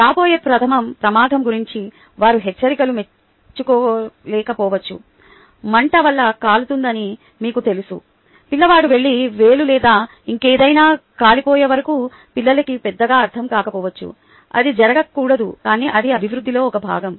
రాబోయే ప్రమాదం గురించి వారు హెచ్చరికలను మెచ్చుకోలేకపోవచ్చు మంట వల్ల కాలుతుంది అని మీకు తెలుసు పిల్లవాడు వెళ్లి వేలు లేదా ఇంకేదైనా కాలిపోయే వరకు పిల్లలకి పెద్దగా అర్ధం కాకపోవచ్చు అది జరగకూడదు కానీ అది అభివృద్ధిలో ఒక భాగం